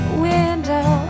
window